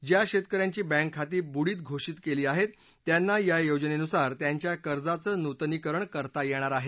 ज्या शेतक यांची बँक खाती बुडीत घोषित केली आहेत त्यांना या योजनेनुसार त्यांच्या कर्जाचं नूतनीकरण करता येणार आहे